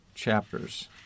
Chapters